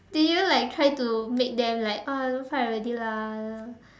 do you like try to make them like oh don't fight already lah